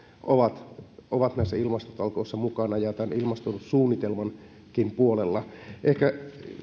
ovat ovat näissä ilmastotalkoissa mukana ja tämän ilmastosuunnitelmankin puolella ehkä